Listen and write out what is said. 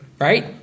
Right